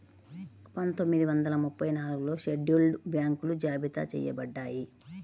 పందొమ్మిది వందల ముప్పై నాలుగులో షెడ్యూల్డ్ బ్యాంకులు జాబితా చెయ్యబడ్డాయి